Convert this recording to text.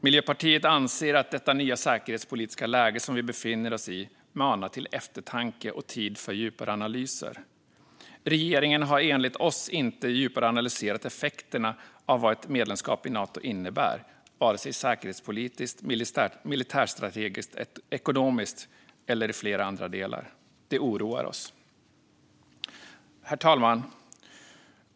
Miljöpartiet anser att det nya säkerhetspolitiska läge som vi befinner oss i manar till eftertanke och tid för djupare analyser. Regeringen har, enligt oss, inte djupare analyserat effekterna av vad ett medlemskap i Nato innebär, vare sig säkerhetspolitiskt, militärstrategiskt, ekonomiskt eller i flera andra delar. Det oroar oss. Herr talman!